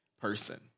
person